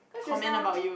comment about you